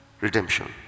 Redemption